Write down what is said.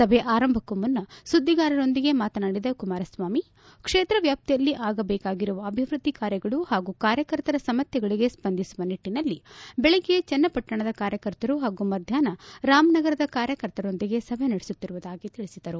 ಸಭೆ ಆರಂಭಕ್ಕೂ ಮುನ್ನಾ ಸುದ್ದಿಗಾರರೊಂದಿಗೆ ಮಾತನಾಡಿದ ಕುಮಾರಸ್ವಾಮಿ ಕ್ಷೇತ್ರ ವ್ಯಾಪ್ತಿಯಲ್ಲಿ ಆಗಬೇಕಾಗಿರುವ ಅಭಿವೃದ್ದಿ ಕಾರ್ಯಗಳು ಹಾಗೂ ಕಾರ್ಯಕರ್ತರ ಸಮಸ್ಥೆಗಳಿಗೆ ಸ್ವಂದಿಸುವ ನಿಟ್ಟನಲ್ಲಿ ದೆಳಗ್ಗೆ ಚನ್ನಪಟ್ಟಣದ ಕಾರ್ಯಕರ್ತರು ಹಾಗೂ ಮಧ್ವಾಹ್ನ ರಾಮನಗರದ ಕಾರ್ಯಕರ್ತರೊಂದಿಗೆ ಸಭೆ ನಡೆಸುತ್ತಿರುವುದಾಗಿ ತಿಳಿಸಿದರು